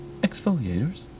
exfoliators